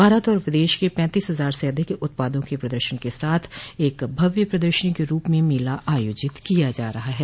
भारत और विदेश के पैतीस हजार से अधिक उत्पादों के प्रदर्शन के साथ एक भव्य प्रदर्शनी के रूप में मेला आयोजित किया जा रहा है